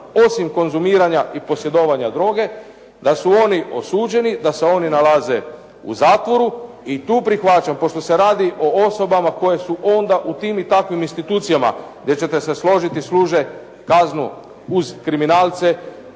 osim konzumiranja i posjedovanja droge, da su oni osuđeni, da se oni nalaze u zatvoru. I tu prihvaćam, pošto se radi o osobama koje su onda u tim i takvim institucijama, gdje ćete se složiti, služe kaznu uz kriminalce,